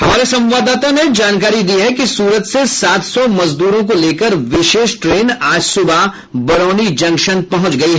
हमारे संवाददाता ने जानकारी दी है कि सूरत से सात सौ मजदूरों को लेकर विशेष ट्रेन आज सुबह बरौनी जंक्शन पहुंची